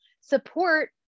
support